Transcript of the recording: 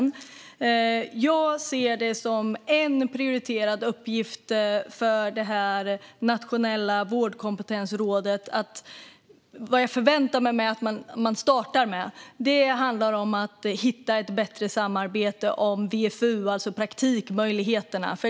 En prioriterad uppgift som jag förväntar mig att det här nationella vårdkompetensrådet startar med är att hitta ett bättre samarbete om VFU, alltså praktikmöjligheterna.